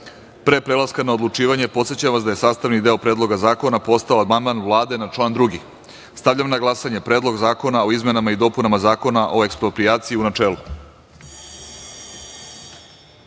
prelaska na odlučivanje, podsećam vas da je sastavni deo Predloga zakona postao amandman Vlade na član 2.Stavljam na glasanje Predlog zakona o izmenama i dopunama Zakona o eksproprijaciji, u